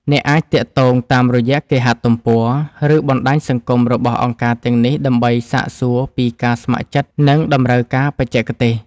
អ្នកអាចទាក់ទងតាមរយៈគេហទំព័រ ឬបណ្ដាញសង្គមរបស់អង្គការទាំងនេះដើម្បីសាកសួរពីឱកាសស្ម័គ្រចិត្ត និងតម្រូវការបច្ចេកទេស។